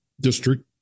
district